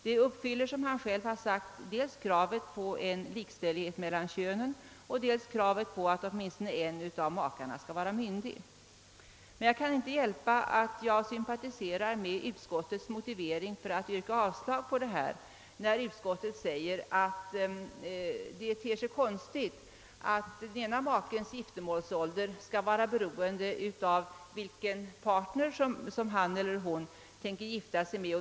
Det uppfyller, såsom han själv påpekat, dels kravet på en likställighet mellan könen, dels kravet på att åtminstone en av makarna skall vara myndig. Jag kan emellertid inte undgå att sympatisera med utskottets motivering för att avstyrka förslaget, nämligen att det ter sig underligt att den ena makens giftermålsålder skall vara beroende av åldern hos den partner, som han eller hon tänker gifta sig med.